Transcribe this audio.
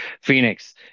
Phoenix